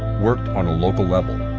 worked on a local level.